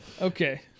Okay